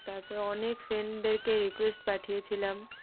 তার পরে অনেক ফ্রেন্ডদেরকে রিকোয়েস্ট পাঠিয়েছিলাম